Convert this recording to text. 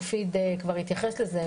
מופיד כבר התייחס לזה,